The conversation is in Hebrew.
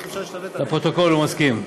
לפרוטוקול, הוא מסכים.